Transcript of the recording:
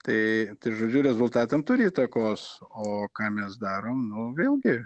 tai žodžiu rezultatam turi įtakos o ką mes darom nu vėlgi